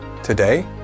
Today